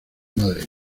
madre